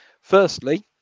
firstly